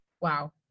Wow